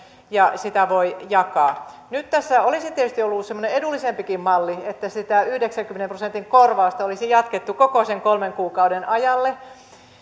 ja sitä voi jakaa nyt tässä olisi tietysti ollut semmoinen edullisempikin malli että sitä yhdeksänkymmenen prosentin korvausta olisi jatkettu koko sen kolmen kuukauden ajalle